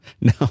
No